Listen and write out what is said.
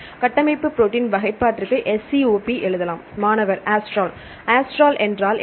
கட்டமைப்பு ப்ரோடீன் வகைப்பாட்டிற்கு SCOP எழுதலாம் மாணவர் ஆஸ்ட்ரல் ஆஸ்ட்ரல் என்றால் என்ன